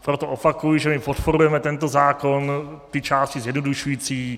Proto opakuji, že my podporujeme tento zákon, ty části zjednodušující.